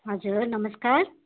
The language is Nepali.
हजुर नमस्कार